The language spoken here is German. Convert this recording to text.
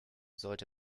sollte